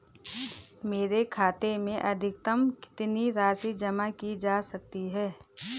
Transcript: मेरे खाते में अधिकतम कितनी राशि जमा की जा सकती है?